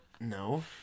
No